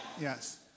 Yes